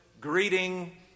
greeting